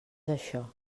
això